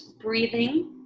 breathing